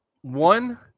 one